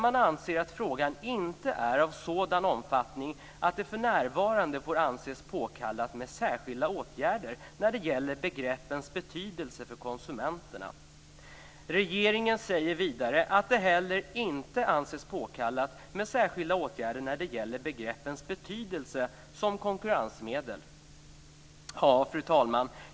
Man anser att frågan inte är av sådan omfattning att det för närvarande får anses påkallat med särskilda åtgärder när det gäller begreppens betydelse för konsumenterna. Regeringen säger vidare att det inte heller anses påkallat med särskilda åtgärder när det gäller begreppens betydelse som konkurrensmedel. Fru talman!